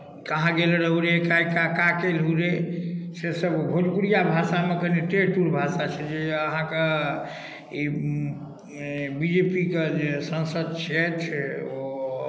कहाँ गेल रहू रे का कैलहु रे सेसभ भोजपुरिया भाषामे कनी टेढ़ टूढ़ भाषा छै जे अहाँके ई बी जे पी के जे सांसद छथि ओ